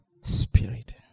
spirit